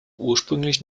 ursprünglich